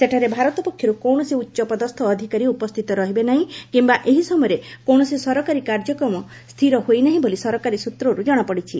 ସେଠାରେ ଭାରତ ପକ୍ଷରୁ କୌଣସି ଉଚ୍ଚ ପଦସ୍ଥ ଅଧିକାରୀ ଉପସ୍ଥିତ ରହିବେ ନାହିଁ କିମ୍ବା ଏହି ସମୟରେ କୌଣସି ସରକାରୀ କାର୍ଯ୍ୟକ୍ରମ ସ୍ଥିର ହୋଇ ନାହିଁ ବୋଲି ସରକାରୀ ସ୍ୱତ୍ରର୍ଗ ଜଣାପଡ଼ିଛି